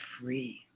free